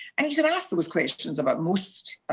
and you can ask those questions about most